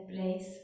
place